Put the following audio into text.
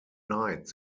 night